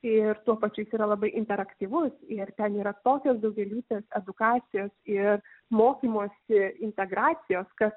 ir tuo pačiu jis yra labai interaktyvus ir ten yra tokios daugialypės edukacijos ir mokymosi integracijos kad